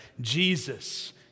Jesus